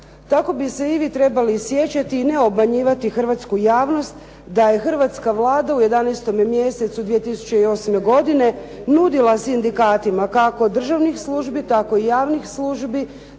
Tako bi se i vi trebali sjećati, a ne obmanjivati hrvatsku javnost, da je hrvatska Vlada u 11. mjesecu 2008. godine nudila sindikatima kako državnih službi tako i javnih službi